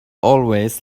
always